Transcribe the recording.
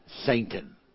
Satan